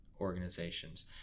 organizations